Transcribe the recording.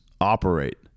operate